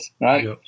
right